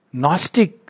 gnostic